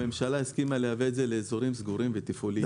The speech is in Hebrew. הממשלה הסכימה לייבא את זה לאזורים סגורים ותפעוליים.